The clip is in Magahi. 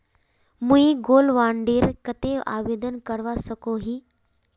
मुई गोल्ड बॉन्ड डेर केते आवेदन करवा सकोहो ही?